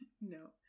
No